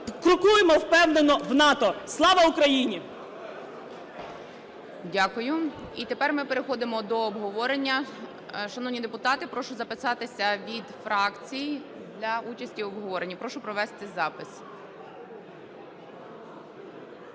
крокуємо впевнено в НАТО. Слава Україні! ГОЛОВУЮЧИЙ. Дякую. І тепер ми переходимо до обговорення. Шановні депутати, прошу записатися від фракцій для участі в обговоренні. Прошу провести запис.